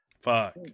Fuck